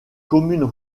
communes